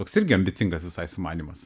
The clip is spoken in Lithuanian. toks irgi ambicingas visai sumanymas